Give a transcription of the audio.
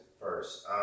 first